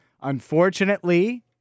Unfortunately